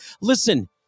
listen